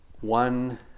One